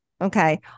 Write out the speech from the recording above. Okay